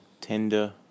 tender